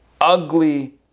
ugly